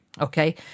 Okay